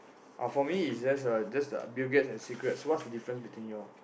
uh for me it's just uh just the Bill-Gates and secrets what's the difference between yours